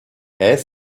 elle